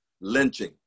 lynching